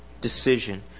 decision